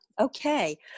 okay